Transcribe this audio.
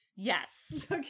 Yes